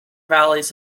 valleys